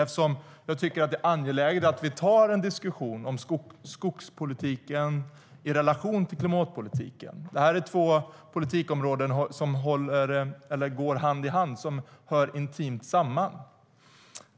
Det är angeläget att vi tar en diskussion om skogspolitiken i relation till klimatpolitiken. Det är två politikområden som går hand i hand och hör intimt samman.